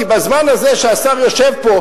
כי בזמן הזה שהשר יושב פה,